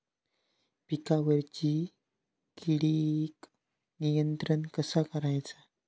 पिकावरची किडीक नियंत्रण कसा करायचा?